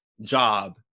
job